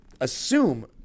assume